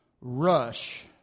rush